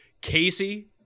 Casey